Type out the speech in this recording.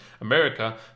America